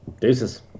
deuces